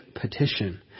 petition